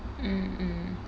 mm mm